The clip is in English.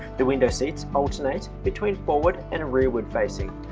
the window seats alternate between forward and rearward facing,